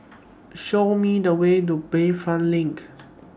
Show Me The Way to Bayfront LINK